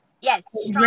yes